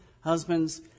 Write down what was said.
husbands